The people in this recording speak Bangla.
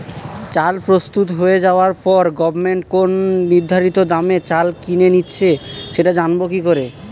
চাল প্রস্তুত হয়ে যাবার পরে গভমেন্ট কোন নির্ধারিত দামে চাল কিনে নিচ্ছে সেটা জানবো কি করে?